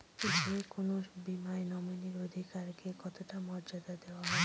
যে কোনো বীমায় নমিনীর অধিকার কে কতটা মর্যাদা দেওয়া হয়?